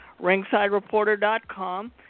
ringsidereporter.com